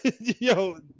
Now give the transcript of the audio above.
Yo